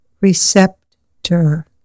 receptor